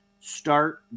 start